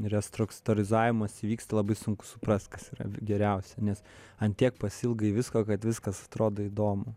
restruktūrizavimas vyksta labai sunku suprasti kas yra geriausia nes ant tiek pasiilgai visko kad viskas atrodo įdomu